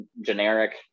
generic